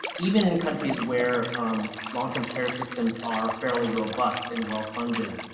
even in countries where long-term care systems are fairly robust and well funded.